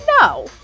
No